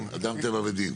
אדם טבע ודין.